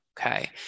okay